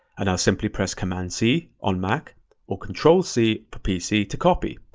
and i simply press command c on mac or control c for pc to copy.